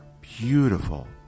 beautiful